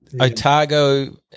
Otago